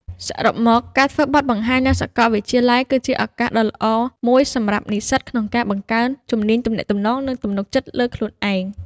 សរុបមក ការធ្វើបទបង្ហាញនៅសាកលវិទ្យាល័យគឺជាឱកាសដ៏ល្អមួយសម្រាប់និស្សិតក្នុងការបង្កើនជំនាញទំនាក់ទំនង និងទំនុកចិត្តលើខ្លួនឯង។